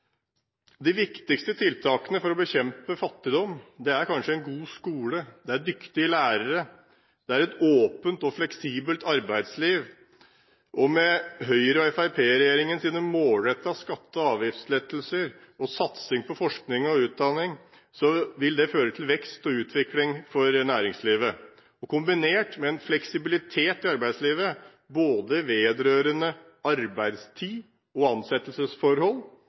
De viktigste tiltakene for å bekjempe fattigdom er kanskje en god skole, det er dyktige lærere, det er et åpent og fleksibelt arbeidsliv. Med Høyre–Fremskrittsparti-regjeringens målrettede skatte- og avgiftslettelser og satsing på forskning og utdanning, vil det føre til vekst og utvikling for næringslivet. Kombinert med en fleksibilitet i arbeidslivet, vedrørende både arbeidstid og ansettelsesforhold,